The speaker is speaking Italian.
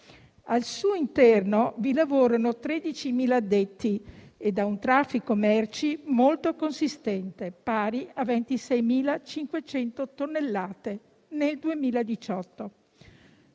Al suo interno lavorano 13.000 addetti e ha un traffico merci molto consistente, pari a 26.500 tonnellate nel 2018.